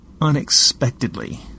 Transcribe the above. Unexpectedly